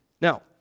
Now